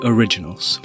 Originals